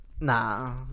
Nah